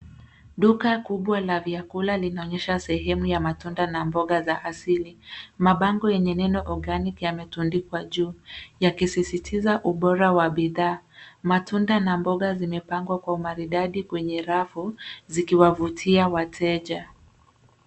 Duka kubwa la vyakula linaonyesha sehemu ya matunda na mboga za asili. Mabango yenye neno Organic yametundikwa juu, yakisisitiza ubora wa bidhaa. Matunda na mboga zimepangwa kwa umaridadi kwenye rafu, zikiwavutia wateja.